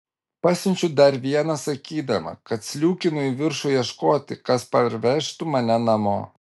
pasiunčiu dar vieną sakydama kad sliūkinu į viršų ieškoti kas parvežtų mane namo